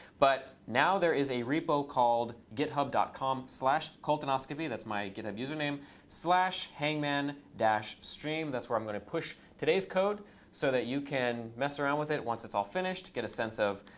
but now there is a repo called github dot com slash coltonoscopy that's my github username slash hangman dash stream. that's where i'm going to push today's code so that you can mess around with it once it's all finished, get a sense of